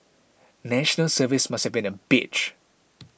National Service must have been a bitch